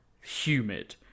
humid